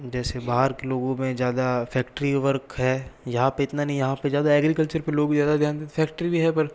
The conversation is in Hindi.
जैसे बाहर के लोगों में ज़्यादा फैक्ट्री वर्क है यहाँ पर इतना नही यहाँ पर ज़्यादा एग्रीकल्चर पर लोग ज़्यादा ध्यान दे फैक्ट्री भी है पर